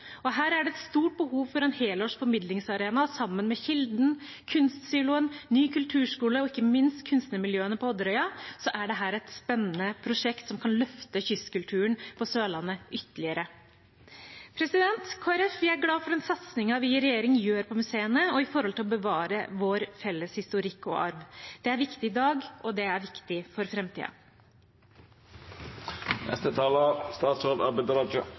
Her er det et stort behov for en helårs formidlingsarena, og sammen med Kilden, Kunstsiloen, ny kulturskole og ikke minst kunstnermiljøene på Odderøya er dette et spennende prosjekt, som kan løfte kystkulturen på Sørlandet ytterligere. Kristelig Folkeparti er glad for den satsingen vi i regjering gjør på museene og for å bevare vår felles historikk og arv. Det er viktig i dag, og det er viktig for